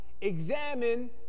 Examine